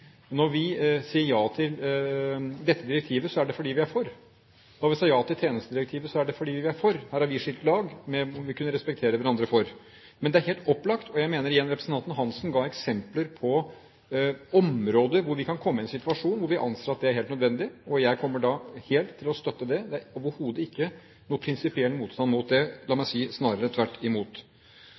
Når vi sier ja til dette direktivet, så er det fordi vi er for. Da vi sa ja til tjenestedirektivet, var det fordi vi var for. Her har vi skilt lag, men det må vi kunne respektere hverandre for. Det er helt opplagt, og jeg mener igjen representanten Svein Roald Hansen ga eksempler på områder hvor vi kan komme i en situasjon hvor vi anser at det er helt nødvendig. Jeg kommer da helt til å støtte det. Det er overhodet ikke noen prinsipiell motstand mot det – la meg si snarere tvert imot.